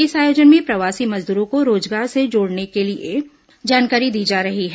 इस आयोजन में प्रवासी मजदूरों को रोजगार से जोड़ने के लिए जानकारी दी जाती है